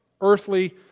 Earthly